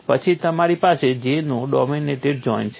પછી તમારી પાસે J નું ડોમિનેટેડ ઝોન છે